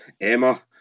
Emma